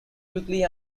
quickly